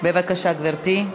בבקשה, גברתי,